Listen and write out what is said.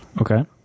Okay